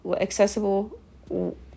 accessible